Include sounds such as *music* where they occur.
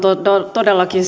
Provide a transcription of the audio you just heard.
todellakin *unintelligible*